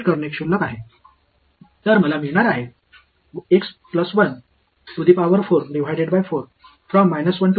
இன்னும் கொஞ்சம் விலையுயர்ந்த மதிப்பீட்டை முயற்சிப்போம் ஆனால் நீட்டிக்கப்பட்ட ட்ரெப்சாய்டல் விதி என்று ஒரு தரக்குறைவான விதியைப் பயன்படுத்துகிறோம்